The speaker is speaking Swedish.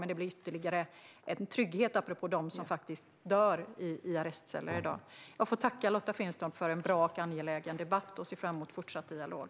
Det blir dock ytterligare en trygghet, apropå dem som dör i arrestceller i dag. Jag vill tacka Lotta Finstorp för en bra och angelägen debatt, och jag ser fram emot fortsatt dialog.